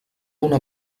una